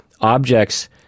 objects